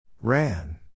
Ran